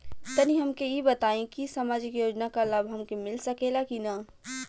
तनि हमके इ बताईं की सामाजिक योजना क लाभ हमके मिल सकेला की ना?